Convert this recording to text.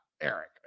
Eric